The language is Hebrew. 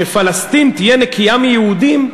שפלסטין תהיה נקייה מיהודים,